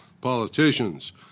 politicians